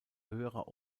höherer